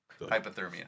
hypothermia